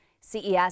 CES